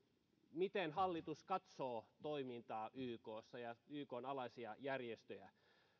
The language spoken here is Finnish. miten hallitus katsoo toimintaa ykssa ja ykn alaisia järjestöjä